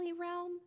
realm